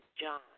John